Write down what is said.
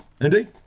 Indeed